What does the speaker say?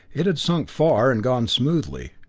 it had sunk far, and gone smoothly,